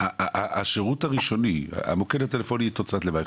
השירות הראשוני המוקד הטלפוני הוא תוצאת לוואי.